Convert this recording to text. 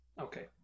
Okay